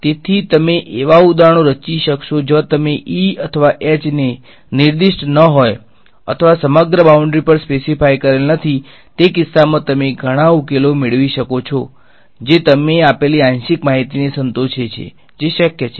તેથી તમે એવા ઉદાહરણો રચી શકશો જ્યાં તમે અથવા ને નિર્દિષ્ટ ન હોય અથવા સમગ્ર બાઉંડ્રી પર સ્પેસીફાય કરેલ નથી તે કિસ્સામાં તમે ઘણા ઉકેલો મેળવી શકો છો જે તમે આપેલી આંશિક માહિતીને સંતોષે છે જે શક્ય છે